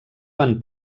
van